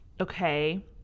okay